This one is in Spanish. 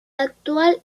actual